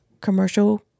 commercial